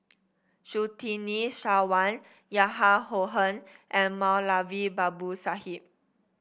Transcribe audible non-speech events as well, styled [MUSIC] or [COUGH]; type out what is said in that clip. Surtini Sarwan Yahya [UNINTELLIGIBLE] and Moulavi Babu Sahib